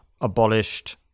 abolished